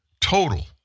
total